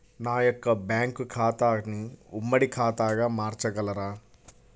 నా యొక్క బ్యాంకు ఖాతాని ఉమ్మడి ఖాతాగా మార్చగలరా?